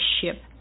ship